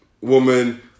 woman